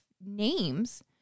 names